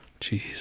jeez